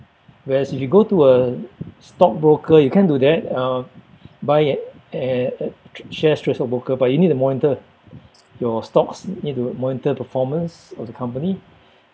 whereas if you go to a stockbroker you can do that uh buy it at shares trade from broker but you need to monitor your stocks need to monitor performance of the company